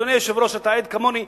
אדוני היושב-ראש, אתה עד כמוני.